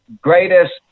greatest